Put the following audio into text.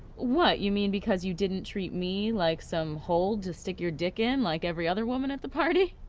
what, you mean because you didn't treat me like some hole to stick your dick in like every other woman at the party?